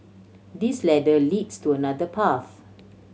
this ladder leads to another path